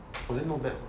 !wah! then not bad what